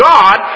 God